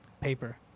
Paper